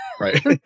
right